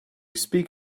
speak